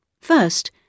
First